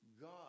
God